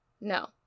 No